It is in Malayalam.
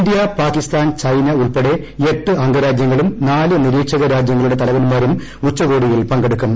ഇന്ത്യ പാകിസ്ഥാൻ ചൈന ഉൾപ്പെടെ എട്ട് അംഗരാജ്യങ്ങളും നാല് നിരീക്ഷക രാജൃങ്ങളുടെ തലവന്മാരും ഉച്ചകോടിയിൽ പങ്കെടുക്കും